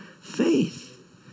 faith